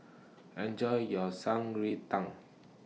Enjoy your Shan Rui Tang